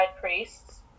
priests